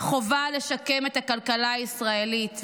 חובה לשקם את הכלכלה הישראלית,